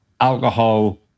alcohol